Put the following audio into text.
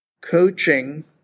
coaching